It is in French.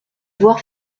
voir